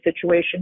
situation